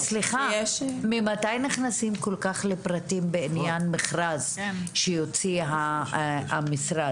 ממתי נכנסים כל כך לפרטים בעניין מכרז שיוציא המשרד?